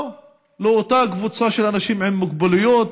או אותה קבוצה של אנשים עם מוגבלויות,